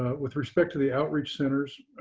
but with respect to the outreach centers,